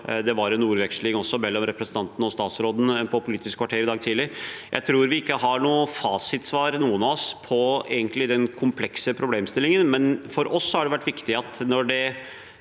det var også en ordveksling mellom representanten og statsråden i Politisk kvarter i dag tidlig. Jeg tror ikke noen av oss har noe fasitsvar på denne komplekse problemstillingen, men for oss har det vært viktig at vi